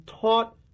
taught